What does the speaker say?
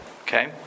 Okay